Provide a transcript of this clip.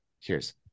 cheers